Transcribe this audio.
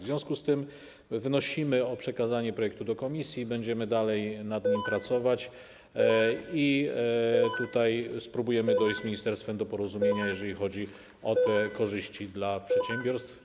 W związku z tym wnosimy o przekazanie projektu do komisji i będziemy dalej nad nim pracować, i tutaj spróbujemy dojść z ministerstwem do porozumienia, jeżeli chodzi o te korzyści dla przedsiębiorstw.